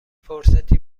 فرصتی